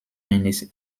eines